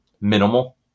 minimal